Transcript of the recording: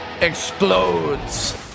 explodes